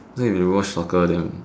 so if you watch soccer then